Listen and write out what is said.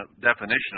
definition